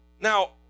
Now